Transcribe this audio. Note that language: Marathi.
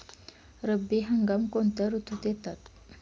रब्बी हंगाम कोणत्या ऋतूत येतात?